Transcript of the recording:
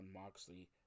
Moxley